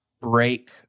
break